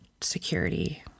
security